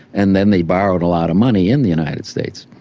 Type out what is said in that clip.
and then they borrowed a lot of money in the united states.